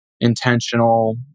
intentional